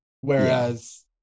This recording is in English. whereas –